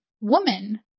woman